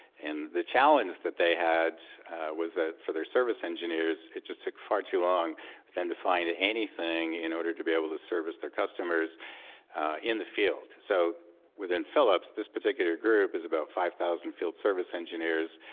and the challenge that they had was that for their service engineers, it just took far too long for them to find anything in order to be able to service their customers in the field. so within philips, this particular group is about five thousand field service engineers,